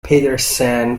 petersen